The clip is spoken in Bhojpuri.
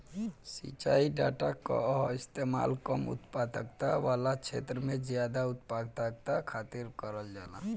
सिंचाई डाटा कअ इस्तेमाल कम उत्पादकता वाला छेत्र में जादा उत्पादकता खातिर करल जाला